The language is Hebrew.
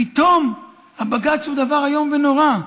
פתאום הבג"ץ הוא דבר איום ונורא.